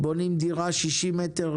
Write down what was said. בונים דירה של 60 מטר,